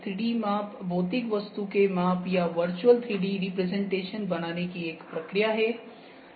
3D माप भौतिक वस्तु के माप या वर्चुअल 3D रिप्रजेंटेशन बनाने की एक प्रक्रिया है